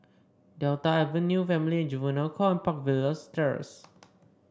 Delta Avenue Family and Juvenile Court and Park Villas Terrace